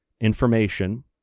information